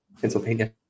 Pennsylvania